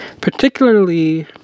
Particularly